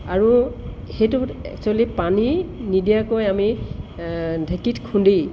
আৰু সেইটো এক্সোৱেলি পানী নিদিয়াকৈ আমি ঢেঁকীত খুন্দি